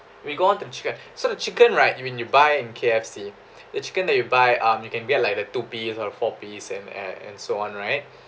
we go on to the chicken so the chicken right when you buy in K_F_C the chicken that you buy um you can get like the two piece or the four piece and and and so on right